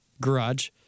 garage